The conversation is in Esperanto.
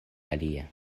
alie